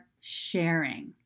sharing